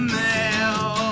mail